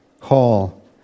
hall